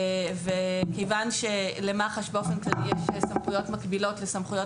כיוון שלמח"ש באופן כללי יש סמכויות מקבילות לסמכויות